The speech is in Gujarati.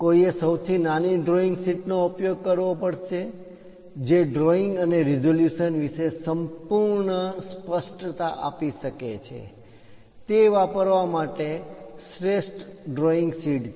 કોઈએ સૌથી નાની ડ્રોઈંગ શીટ નો ઉપયોગ કરવો પડશે જે ડ્રોઇંગ અને રિઝોલ્યુશન વિશે સંપૂર્ણ સ્પષ્ટતા આપી શકે છે તે વાપરવા માટે શ્રેષ્ઠ ડ્રોઈંગ શીટ છે